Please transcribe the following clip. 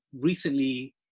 recently